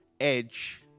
edge